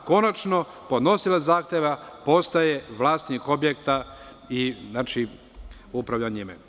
Jer, konačno, podnosilac zahteva postaje vlasnik objekta i upravlja njime.